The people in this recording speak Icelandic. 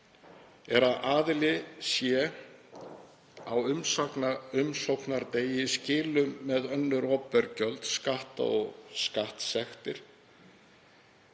er að aðili sé á umsóknardegi í skilum með önnur opinber gjöld, skatta og skattsektir.